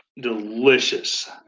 delicious